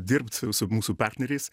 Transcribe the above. dirbt su mūsų partneriais